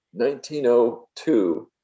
1902